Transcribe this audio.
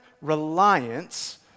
reliance